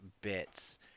bits